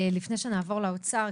לפני שנעבור לאוצר,